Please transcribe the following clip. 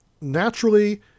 Naturally